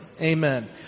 Amen